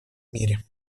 мире